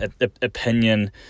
opinion